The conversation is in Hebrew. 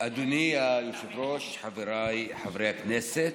אדוני היושב-ראש, חבריי חברי הכנסת,